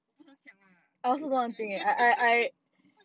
我不想讲 lah